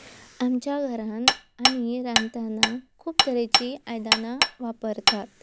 आमच्या घरांत आमी रांदतना खूब तरेचीं आयदनां वापरतात